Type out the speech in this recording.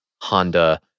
Honda